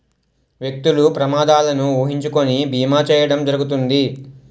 వ్యక్తులు ప్రమాదాలను ఊహించుకొని బీమా చేయడం జరుగుతుంది